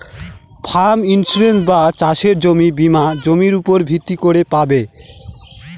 farm insurance বা চাসের জমির বীমা জমির উপর ভিত্তি করে পাবে